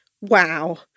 Wow